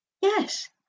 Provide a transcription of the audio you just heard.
Yes